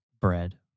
bread